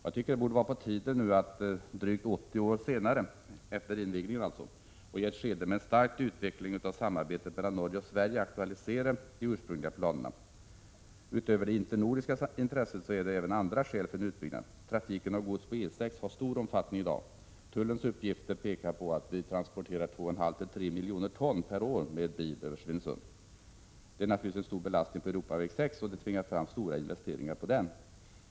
Det borde nu vara på tiden att drygt 80 år efter invigningen och i ett skede med en stark utveckling av samarbetet mellan Norge och Sverige aktualisera de ursprungliga planerna. Utöver det internordiska intresset finns det även andra skäl för en utbyggnad. Trafiken med gods på E 6 har stor omfattning i dag. Tullens uppgifter pekar på att det transporteras 2,5-3 miljoner ton per år med bil över Svinesund. Detta är en stor belastning på E 6 som naturligtvis tvingar fram stora investeringar på denna väg.